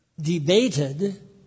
debated